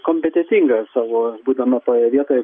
kompetentinga savo būdama toje vietoje